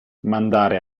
mandare